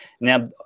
Now